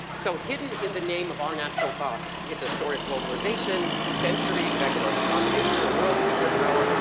so hidden in the name of our national sauce, it's a story of globalization, centuries of economic domination, a world super power,